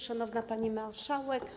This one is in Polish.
Szanowna Pani Marszałek!